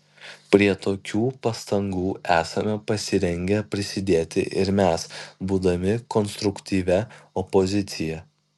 prie tokių pastangų esame pasirengę prisidėti ir mes būdami konstruktyvia opozicija